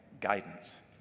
guidance